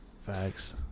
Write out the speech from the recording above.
Facts